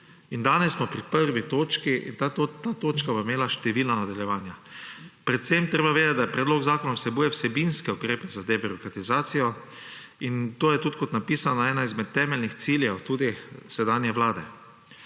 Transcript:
In danes smo pri prvi točki in ta točka bo imela številna nadaljevanja. Predvsem je treba vedeti, da predlog zakona vsebuje vsebinske ukrepe za debirokratizacijo in to je tudi napisano kot en izmed temeljnih ciljev tudi sedanje vlade.